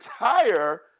entire